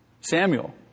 Samuel